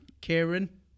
Karen